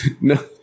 No